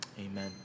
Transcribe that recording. amen